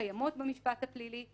שקיימות במשפט הפלילי.